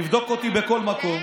תבדוק אותי בכל מקום,